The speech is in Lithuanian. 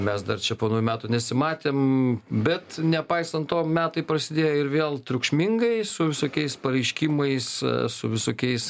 mes dar čia po naujų metų nesimatėm bet nepaisant to metai prasidėjo ir vėl triukšmingai su visokiais pareiškimais su visokiais